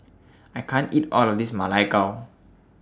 I can't eat All of This Ma Lai Gao